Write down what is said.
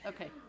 Okay